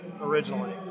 originally